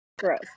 gross